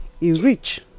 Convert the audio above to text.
Enrich